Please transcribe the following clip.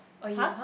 oh you !huh!